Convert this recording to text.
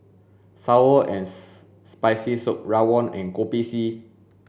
sour and spicy soup rawon and kopi c